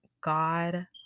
God